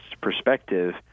perspective